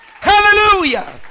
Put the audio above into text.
hallelujah